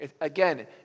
Again